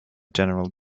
general